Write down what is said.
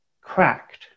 cracked